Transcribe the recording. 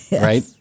right